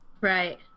Right